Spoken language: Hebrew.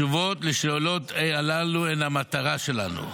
ואתה רוצה לתת --- התשובות לשאלות הללו הן המטרה שלנו.